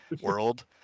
world